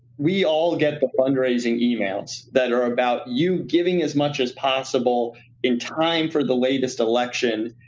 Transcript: we all get the fundraising emails that are about you giving as much as possible in time for the latest election,